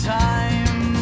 time